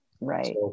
right